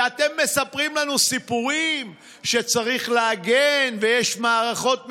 ואתם מספרים לנו סיפורים שצריך להגן ויש מערכות מיוחדות,